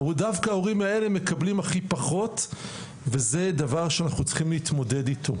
דווקא ההורים האלה מקבלים הכי פחות וזה דבר שאנחנו צריכים להתמודד אתו.